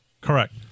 Correct